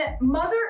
mother